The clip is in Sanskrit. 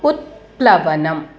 उत्प्लवनम्